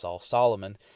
Solomon